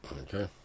Okay